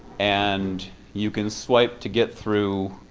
and you can swipe to get through.